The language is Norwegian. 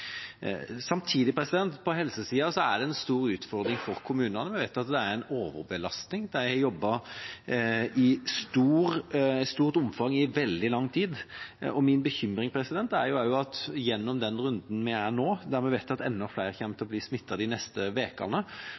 er det en stor utfordring for kommunene på helsesida. Vi vet at det er en overbelastning. Det har vært jobbet i stort omfang i veldig lang tid. Min bekymring er også at gjennom den runden vi er i nå, der vi vet at enda flere kommer til å bli smittet de neste